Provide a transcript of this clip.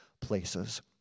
places